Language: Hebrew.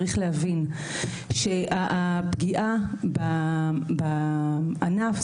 צריך להבין שהפגיעה בענף,